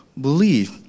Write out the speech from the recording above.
believe